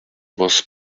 was